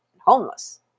homeless